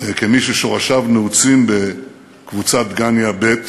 כמי ששורשיו נעוצים בקבוצת דגניה ב',